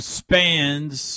spans